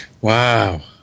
wow